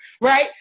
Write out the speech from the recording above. Right